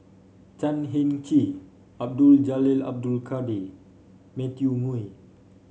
Chan Heng Chee Abdul Jalil Abdul Kadir Matthew Ngui